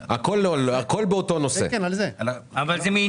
אבל היה צריך את הכסף הזה.